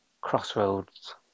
crossroads